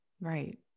Right